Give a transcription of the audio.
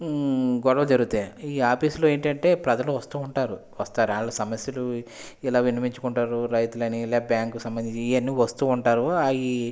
గొడవలు జరుగుతాయి ఈ ఆఫీస్లో ఏంటంటే ప్రజలు వస్తూ ఉంటారు వస్తారు వాళ్ళ సమస్యలు ఇలా విన్నవించుకుంటారు రైతులని ఇలా బ్యాంకుకి సంబంధించి ఇవన్ని వస్తూవుంటారు